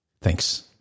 Thanks